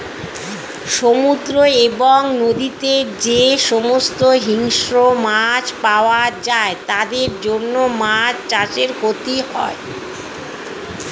সমুদ্র এবং নদীতে যে সমস্ত হিংস্র মাছ পাওয়া যায় তাদের জন্য মাছ চাষে ক্ষতি হয়